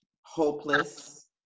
hopeless